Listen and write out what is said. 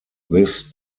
this